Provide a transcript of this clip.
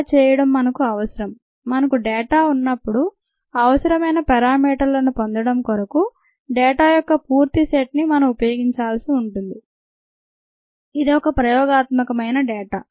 అలా చేయడం మనకు అవసరం మనకు డేటా ఉన్నప్పుడు అవసరమైన పేరామీటర్లను పొందడం కొరకు డేటా యొక్క పూర్తి సెట్ని మనం ఉపయోగించాల్సి ఉంటుంది ఇది ప్రయోగాత్మకమైన డేటా